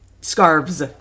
Scarves